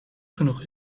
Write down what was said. genoeg